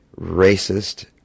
racist